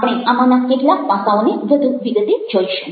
આપણે આમાંના કેટલાક પાસાઓને વધુ વિગતે જોઈશું